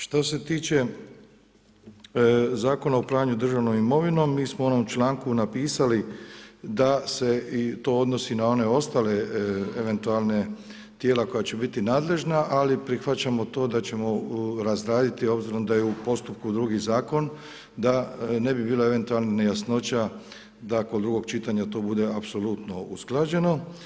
Što se tiče zakona o upravljanja državnom imovinom mi smo u onom članku napisali da se i to odnosi na one ostale eventualne tijela koja će biti nadležna ali prihvaćamo to da ćemo razraditi obzirom da je u postupku drugi zakon da ne bi bilo eventualno nejasnoća da kod drugog čitanja to bude apsolutno usklađeno.